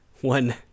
one